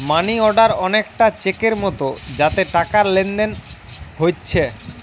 মানি order অনেকটা চেকের মতো যাতে টাকার লেনদেন হোচ্ছে